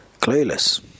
clueless